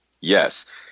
Yes